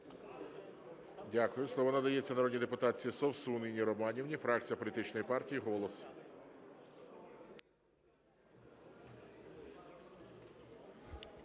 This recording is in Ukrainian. Дякую. Слово надається народній депутатці Совсун Інні Романівні, фракція політичної партії "Голос".